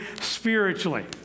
spiritually